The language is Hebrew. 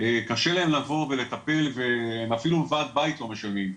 קשה להם לבוא ולטפל ואפילו ועד בית הם לא משלמים,